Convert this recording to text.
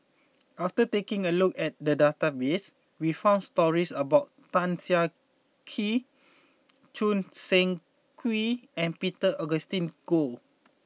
after taking a look at the database we found stories about Tan Siah Kwee Choo Seng Quee and Peter Augustine Goh